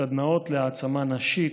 סדנאות להעצמה נשית,